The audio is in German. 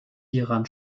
hieran